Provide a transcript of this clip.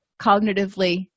cognitively